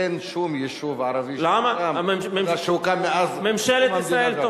אין שום יישוב ערבי שהוקם מאז קום המדינה,